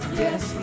yes